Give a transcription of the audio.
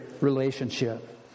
relationship